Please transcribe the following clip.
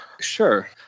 Sure